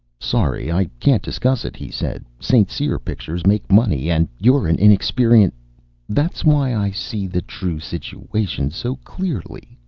sorry, i can't discuss it, he said. st. cyr pictures make money, and you're an inexperien that's why i see the true situation so clearly,